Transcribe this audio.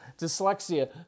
dyslexia